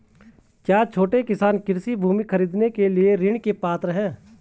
क्या छोटे किसान कृषि भूमि खरीदने के लिए ऋण के पात्र हैं?